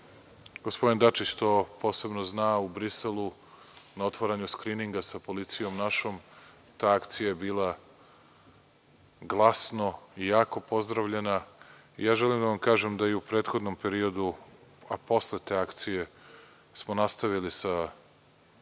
gospodin Dačić to posebno zna u Briselu na otvaranju skrininga sa policijom našom, ta akcija je bila glasno i jako pozdravljena. Želim da vam kažem da je i u prethodnom periodu, a posle te akcije smo nastavili sa više